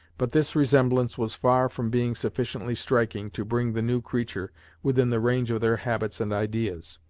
but this resemblance was far from being sufficiently striking to bring the new creature within the range of their habits and ideas,